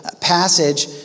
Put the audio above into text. passage